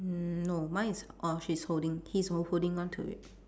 mm no mine is orh she's holding he's ho~ holding on to it